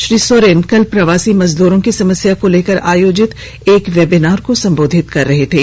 श्री सोरेन कल प्रवासी मजदूरों की समस्या को लेकर आयोजित एक वेबिनार को संबोधित कर रहे थे